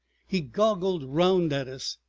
he goggled round at us.